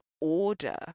order